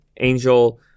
Angel